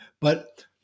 But-